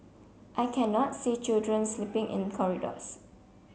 I cannot see children sleeping in corridors